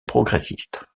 progressiste